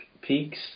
peaks